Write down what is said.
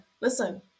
Listen